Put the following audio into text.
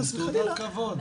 חס וחלילה,